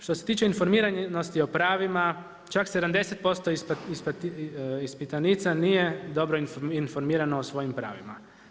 Što se tiče informiranosti o pravima, čak 70% ispitanica nije dobro informirano o svojim pravima.